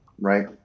Right